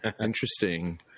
Interesting